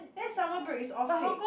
then summer break is off peak